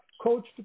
coach